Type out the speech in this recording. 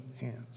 hands